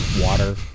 Water